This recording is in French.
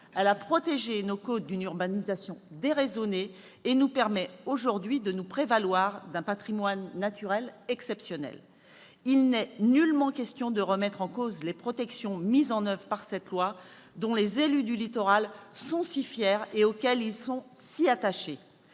elle a protégé nos côtes d'une urbanisation irraisonnée, et nous permet aujourd'hui de nous prévaloir d'un patrimoine naturel exceptionnel. Il n'est nullement question de remettre en cause les protections mises en oeuvre par cette loi dont les élus du littoral sont si fiers et auxquelles ils sont si attachés.